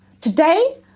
Today